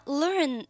learn